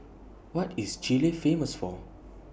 What IS Chile Famous For